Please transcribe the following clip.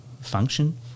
function